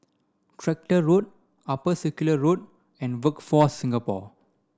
Tractor Road Upper Circular Road and Workforce Singapore